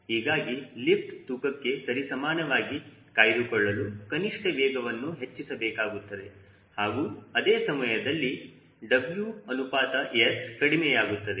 ಹೀಗಾಗಿ ಲಿಫ್ಟ್ ತೂಕಕ್ಕೆ ಸರಿಸಮಾನವಾಗಿ ಕಾಯ್ದುಕೊಳ್ಳಲು ಕನಿಷ್ಠ ವೇಗವನ್ನು ಹೆಚ್ಚಿಸಬೇಕಾಗುತ್ತದೆ ಹಾಗೂ ಅದೇ ಸಮಯದಲ್ಲಿ WS ಕಡಿಮೆಯಾಗುತ್ತದೆ